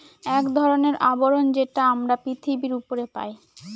এক ধরনের আবরণ যেটা আমরা পৃথিবীর উপরে পাই